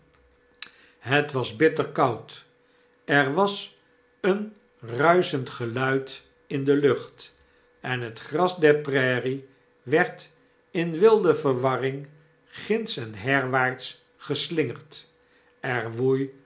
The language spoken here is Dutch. het was bitter koud er was een ruischend geluid in de lucht en het gras der prairie werd in wilde verwarring ginds en herwaarts geslingerd er woei